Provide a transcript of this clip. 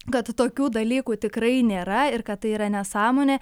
kad tokių dalykų tikrai nėra ir kad tai yra nesąmonė